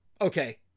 okay